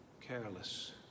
Careless